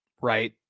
Right